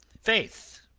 faith,